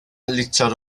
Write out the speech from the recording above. litr